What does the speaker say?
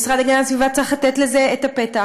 והמשרד להגנת הסביבה צריך לתת לזה פתח.